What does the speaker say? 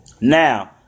Now